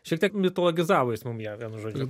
šiek tiek mitologizavo jis mum ją vienu žodžiu